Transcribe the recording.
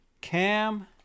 Cam